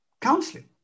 counseling